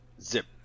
Zip